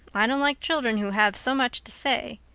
i don't like children who have so much to say.